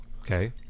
Okay